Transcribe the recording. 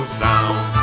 sound